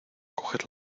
coger